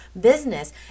business